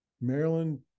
Maryland